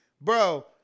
bro